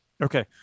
Okay